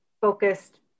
focused